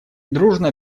дружно